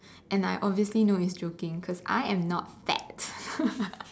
and I obviously know he's joking cause I am not fat